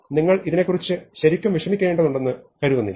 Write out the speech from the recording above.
നിങ്ങൾ ഇതിനെക്കുറിച്ച് ശരിക്കും വിഷമിക്കേണ്ടതുണ്ടെന്ന് ഞാൻ കരുതുന്നില്ല